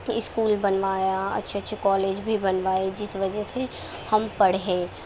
school بنوایا اچھے اچھے کالج بھی بنوائے جس وجہ سے ہم پڑھے